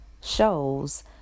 shows